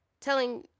telling